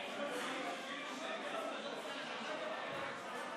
ואז אנחנו נוכל לעבור לדיון 40 החתימות.